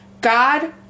god